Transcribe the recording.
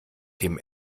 dem